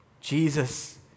Jesus